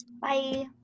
Bye